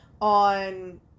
on